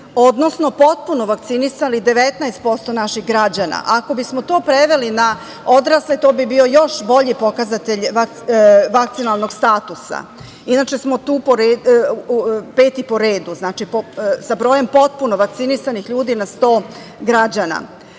odnosno potpuno vakcinisali 19% naših građana. Ako bismo to preveli na odrasle, to bi bio još bolji pokazatelj vakcinalnog statusa. Inače smo tu 5. po redu, sa brojem potpuno vakcinisanih ljudi na 100 građana.U